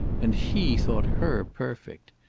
and he thought her perfect!